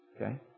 Okay